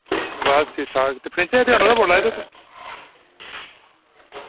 बस ठीक ठाक ते फर्नीचर आह्ली दुकाना परा बोल्ला दे तुस